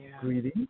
greeting